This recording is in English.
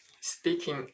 Speaking